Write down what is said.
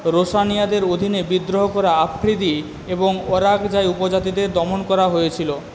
রোসানিয়াদের অধীনে বিদ্রোহ করা আফ্রিদি এবং ওরাকজাই উপজাতিদের দমন করা হয়েছিল